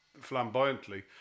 flamboyantly